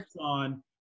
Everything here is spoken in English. on